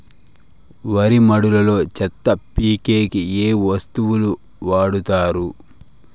వరి మడిలో చెత్త పీకేకి ఏ వస్తువులు వాడుతారు?